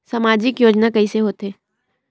सामजिक योजना कइसे होथे?